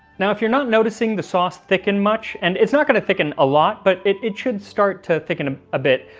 now if you're not noticing the sauce thicken much, and it's not going to thicken a lot, but it should start to thicken a a bit.